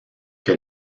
que